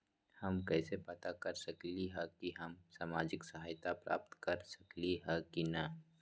हम कैसे पता कर सकली ह की हम सामाजिक सहायता प्राप्त कर सकली ह की न?